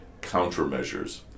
countermeasures